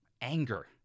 anger